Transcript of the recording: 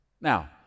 Now